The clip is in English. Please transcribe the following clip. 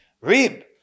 Rib